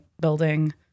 building